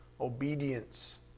Obedience